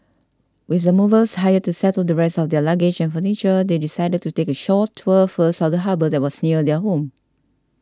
with the movers hired to settle the rest of their luggage and furniture they decided to take a short tour first of the harbour that was near their home